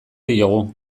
diogu